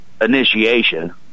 initiation